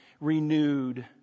renewed